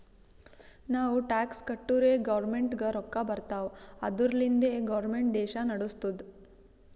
ನಾವು ಟ್ಯಾಕ್ಸ್ ಕಟ್ಟುರೇ ಗೌರ್ಮೆಂಟ್ಗ ರೊಕ್ಕಾ ಬರ್ತಾವ್ ಅದುರ್ಲಿಂದೆ ಗೌರ್ಮೆಂಟ್ ದೇಶಾ ನಡುಸ್ತುದ್